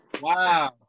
Wow